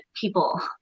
people